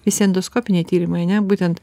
visi endoskopiniai tyrimai ane būtent